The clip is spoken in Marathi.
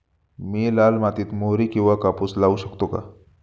मी लाल मातीत मोहरी किंवा कापूस लावू शकतो का?